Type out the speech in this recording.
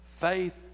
faith